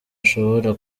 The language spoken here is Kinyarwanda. ashobora